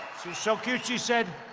she's so cute, she said,